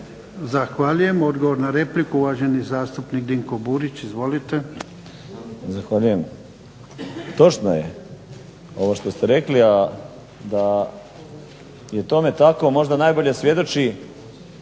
Zahvaljujem. Odgovor na repliku uvaženi zastupnik Dinko Burić. Izvolite. **Burić, Dinko (HDSSB)** Zahvaljujem. Točno je ovo što ste rekli, a da je tome tako možda najbolje svjedoči